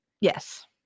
Yes